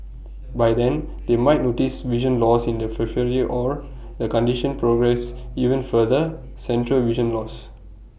by then they might notice vision loss in the periphery or the condition progresses even further central vision loss